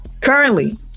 currently